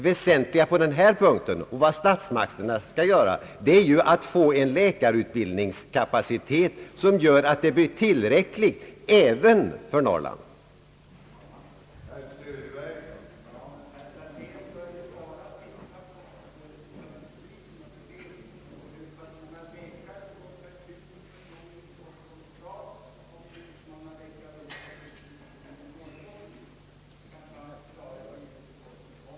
Det väsentliga som statsmakterna skall göra är att skapa en läkarutbildningskapacitet som är tillräcklig även för Norrlands behov.